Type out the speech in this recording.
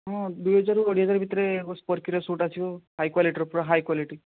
ହଁ ଦୁଇ ହଜାରରୁ କୋଡ଼ିଏ ହଜାର ଭିତରେ ସ୍ପରକିର ସୁଟ୍ ଆସିବ ହାଇ କ୍ୱାଲିଟି ପୂରା ହାଇ କ୍ୱାଲିଟି